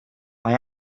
mae